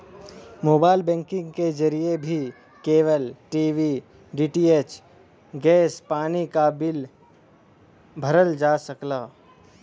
mobile banking के जरिए भी केबल टी.वी डी.टी.एच गैस पानी क बिल भरल जा सकला